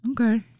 okay